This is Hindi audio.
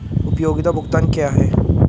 उपयोगिता भुगतान क्या हैं?